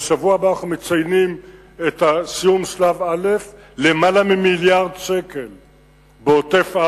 בשבוע הבא אנחנו מציינים את סיום שלב א' למעלה ממיליארד שקל בעוטף-עזה.